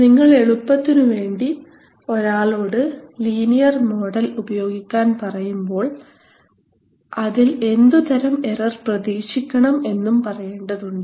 നിങ്ങൾ എളുപ്പത്തിനു വേണ്ടി ഒരാളോട് ലീനിയർ മോഡൽ ഉപയോഗിക്കാൻ പറയുമ്പോൾ അതിൽ എന്തുതരം എറർ പ്രതീക്ഷിക്കണം എന്നും പറയേണ്ടതുണ്ട്